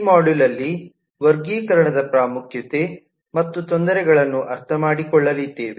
ಈ ಮಾಡ್ಯೂಲಲ್ಲಿ ವರ್ಗೀಕರಣದ ಪ್ರಾಮುಖ್ಯತೆ ಮತ್ತು ತೊಂದರೆಗಳನ್ನು ಅರ್ಥ ಮಾಡಿಕೊಳ್ಳಲಿದ್ದೇವೆ